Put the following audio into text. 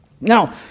Now